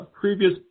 previous